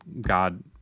God